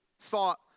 thought